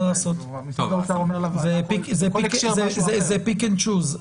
זה פיק אנד צ'וז.